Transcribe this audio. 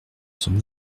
son